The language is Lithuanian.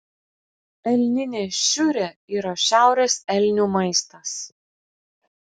elninė šiurė yra šiaurės elnių maistas